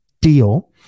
deal